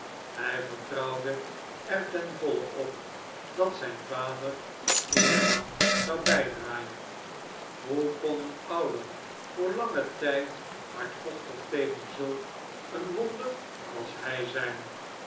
hij vertrouwde er ten voile op dat zijn vader eerlang zou bijdraaien hoe kon een ouder voor langen tijd hardvochtig tegen zulk een wonder als hij zijn